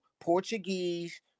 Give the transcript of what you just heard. Portuguese